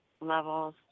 levels